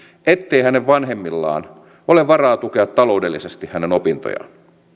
ettei hänen vanhemmillaan ole varaa tukea taloudellisesti hänen opintojaan